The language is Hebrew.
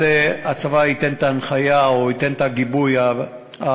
הצבא ייתן את ההנחיה או ייתן את הגיבוי האבטחתי,